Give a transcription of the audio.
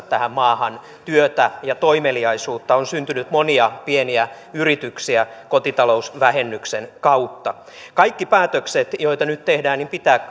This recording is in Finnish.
tähän maahan työtä ja toimeliaisuutta on syntynyt monia pieniä yrityksiä kotitalousvähennyksen kautta kaikki päätökset joita nyt tehdään pitää